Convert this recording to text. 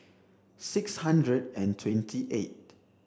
six hundred and twenty eight